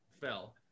fell